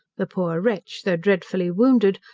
the poor wretch, though dreadfully wounded,